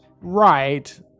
Right